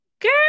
girl